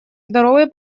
здоровой